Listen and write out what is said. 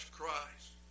Christ